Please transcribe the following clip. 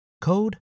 code